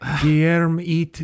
Guillermo